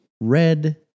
Red